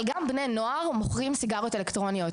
אבל גם בני נוער מוכרים סיגריות אלקטרוניות.